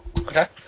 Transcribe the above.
Okay